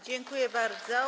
Dziękuję bardzo.